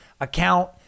account